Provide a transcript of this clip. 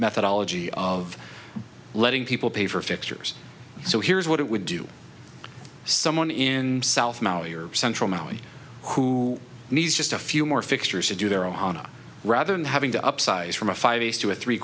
methodology of letting people pay for fixtures so here's what it would do someone in south central mali who needs just a few more fixtures to do their ohana rather than having to upsize from a five piece to a three